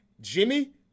Jimmy